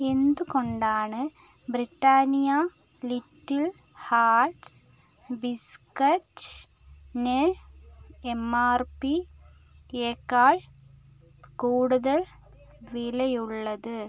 എന്തുകൊണ്ടാണ് Britannia little hearts ബിസ്ക്കറ്റ്ന് M R P യെക്കാൾ കൂടുതൽ വിലയുള്ളത്